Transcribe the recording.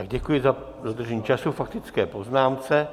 Děkuji za dodržení času k faktické poznámce.